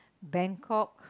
Bangkok